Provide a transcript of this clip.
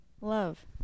Love